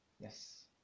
yes